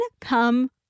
Come